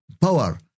power